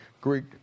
Greek